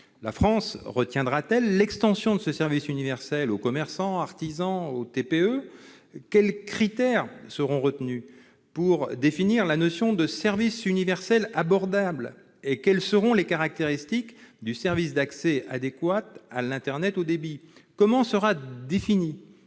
La France retiendra-t-elle l'extension de ce service universel aux commerçants, artisans et TPE ? Quels critères seront retenus pour définir la notion de service universel abordable ? Quelles seront les caractéristiques du service d'accès adéquat à l'internet haut débit ? Comment sera défini